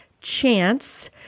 chance